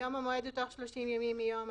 היום המועד הוא בתוך 30 ימים מיום ההסכם.